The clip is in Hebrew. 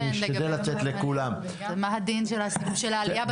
של העלייה בתעריף?